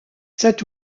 cet